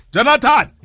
Jonathan